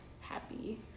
happy